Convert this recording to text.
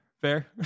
fair